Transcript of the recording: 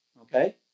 Okay